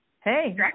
Hey